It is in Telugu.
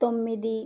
తొమ్మిది